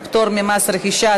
פטור ממס רכישה),